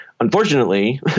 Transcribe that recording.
unfortunately